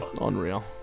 unreal